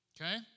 Okay